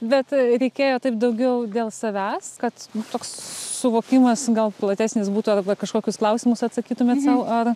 bet reikėjo taip daugiau dėl savęs kad toks suvokimas gal platesnis būtų arba kažkokius klausimus atsakytumėt sau ar